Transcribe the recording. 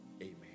Amen